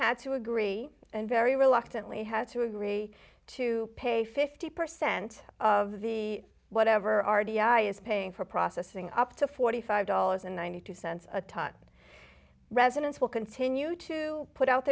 had to agree and very reluctantly had to agree to pay fifty percent of the whatever r t i is paying for processing up to forty five dollars and ninety two cents a tot residents will continue to put out